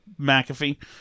McAfee